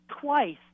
Twice